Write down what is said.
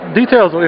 details